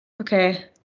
Okay